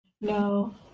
No